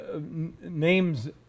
names